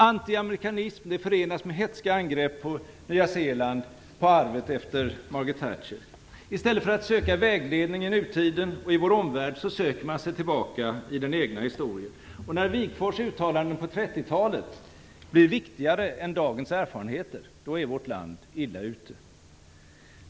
Antiamerikanism förenas med hätska angrepp på Nya Zeeland och på arvet efter Margaret Thatcher. I stället för att söka vägledning i nutiden och i vår omvärld söker man sig tillbaka i den egna historien. När Wigforss uttalanden på 30-talet blir viktigare än dagens erfarenheter är vårt land illa ute.